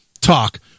talk